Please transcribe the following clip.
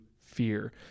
fear